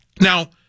now